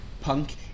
punk